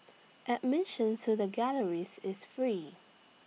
admission to the galleries is free